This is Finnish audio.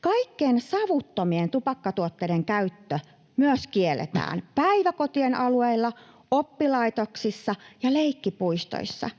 Kaikkien savuttomien tupakkatuotteiden käyttö myös kielletään päiväkotien alueilla, oppilaitoksissa ja leikkipuistoissa,